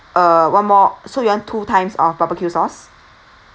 uh one more so you want two times of barbecue sauce